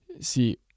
See